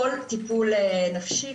כל טיפול נפשי,